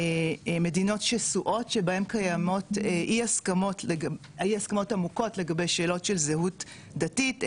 מדינות שסועות שבהן קיימות אי הסכמות עמוקות לגבי שאלות של זהות דתית,